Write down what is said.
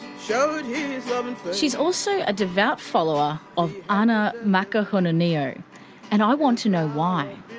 so she's also a devout follower of ana makahununiu and i want to know why.